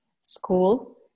school